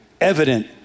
evident